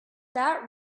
that